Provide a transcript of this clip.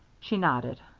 she nodded.